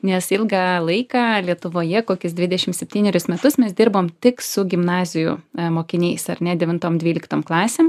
nes ilgą laiką lietuvoje kokius dvidešim septynerius metus mes dirbom tik su gimnazijų mokiniais ar ne devintom dvyliktom klasėm